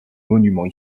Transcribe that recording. monument